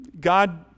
God